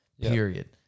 period